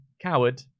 coward